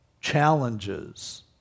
challenges